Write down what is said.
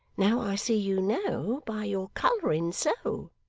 now i see you know by your colouring so